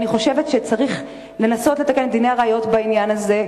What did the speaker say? אני חושבת שצריך לנסות לתקן את דיני הראיות בעניין הזה,